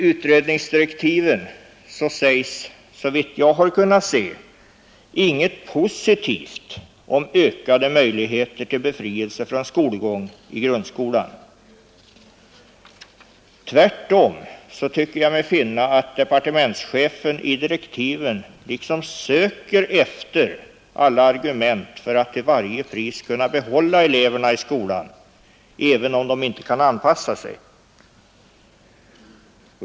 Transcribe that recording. Såvitt jag kunnat finna skrevs det dock i utredningsdirektiven inte något positivt om ökade möjligheter till befrielse från skolgång i grundskolan. Tvärtom tycker jag mig finna att departemenetschefen i direktiven liksom söker efter alla argument för att till varje pris kunna behålla eleverna i skolan, även om de inte kan anpassa sig.